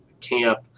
camp